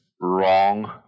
wrong